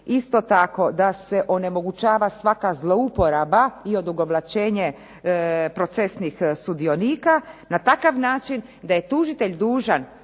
isto tako da se onemogućava svaka zlouporaba i odugovlačenje procesnih sudionika na takav način da je tužitelj dužan